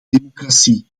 democratie